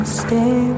stay